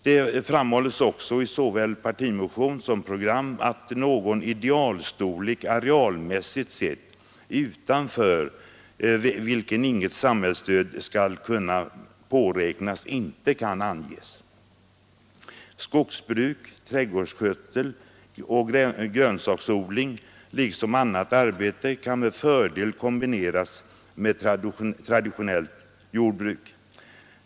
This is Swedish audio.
Det framhålls också i såväl partimotion som program att någon idealstorlek arealmässigt sett, utanför vilken inget samhällsstöd skall kunna påräknas, inte kan anges. Skogsbruk, trädgårdsskötsel och grönsaksodling liksom annat arbete kan med fördel kombineras med traditionellt jordbruk.